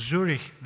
Zurich